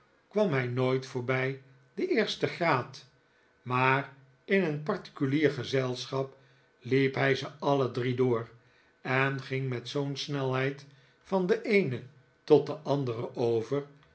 kwam hij nooit voorbij den eersten graad maar in een particulier gezelschap liep hij ze alle drie door en ging met zoo'n snelheid van den eenen tot den anderen over